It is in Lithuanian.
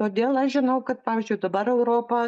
todėl aš žinau kad pavyzdžiui dabar europa